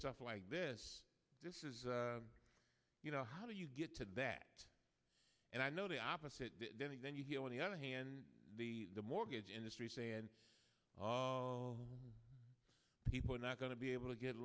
stuff like this this is you know how do you get to that and i know the opposite then and then you hear on the other hand the mortgage industry saying people are not going to be able to get